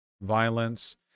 Violence